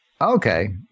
Okay